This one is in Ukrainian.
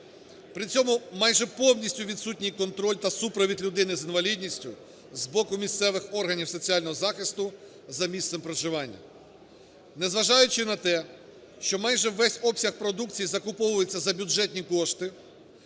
При цьому майже повністю відсутній контроль та супровід людини з інвалідністю з боку місцевих органів соціального захисту за місцем проживання. Незважаючи на те, що майже весь обсяг продукціїзакуповується за бюджетні кошти,